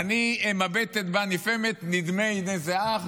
"אני מבטת בה נפעמת, / נדמה: הנה זה אך.